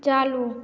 चालू